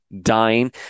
dying